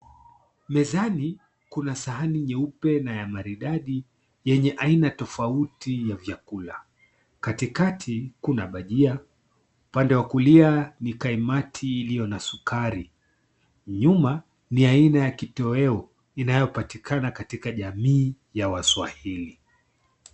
Mezani kuna sahani nyeupe na ya maridadi yenye aina tofauti ya vyakula, katikati kuna bajia, upande wa kulia ni kaimati iliyo na sukari, nyuma ni aina ya kitoweo inayopatikana katika jamii ya waswahili.